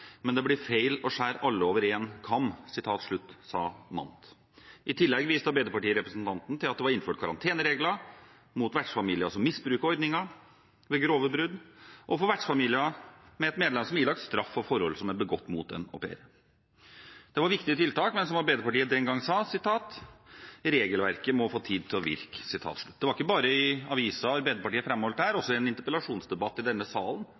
Men det blir feil å skjære alle over en kam.» Dette sa Mandt. I tillegg viste arbeiderpartirepresentanten til at det var innført karanteneregler for vertsfamilier som misbruker ordningen gjennom grove brudd, og for vertsfamilier med et medlem som er ilagt straff for forhold som er begått mot en au pair. Det var viktige tiltak, men som Arbeiderpartiet den gang sa: «Regelverket må få tid til å virke.» Det var ikke bare i avisen Arbeiderpartiet framholdt dette. I en interpellasjonsdebatt i denne salen